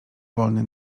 wolny